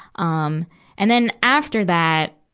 um and then, after that,